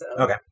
Okay